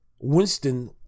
Winston